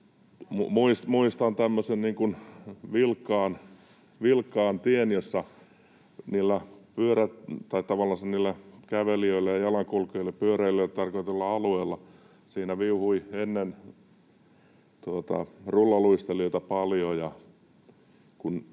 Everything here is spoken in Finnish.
Muistan tämmöisen vilkkaan tien, jossa tavallansa kävelijöille, jalankulkijoille, pyöräilijöille tarkoitetuilla alueilla viuhui ennen rullaluistelijoita paljon,